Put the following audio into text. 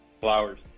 Flowers